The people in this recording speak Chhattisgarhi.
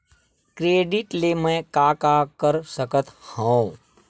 क्रेडिट ले मैं का का कर सकत हंव?